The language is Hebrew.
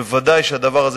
בוודאי הדבר הזה,